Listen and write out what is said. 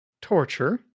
torture